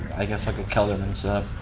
i guess like a kelderman set,